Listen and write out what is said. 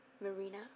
Marina